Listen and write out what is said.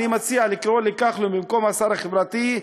אני מציע לקרוא לכחלון במקום "השר החברתי"